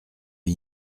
une